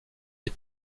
des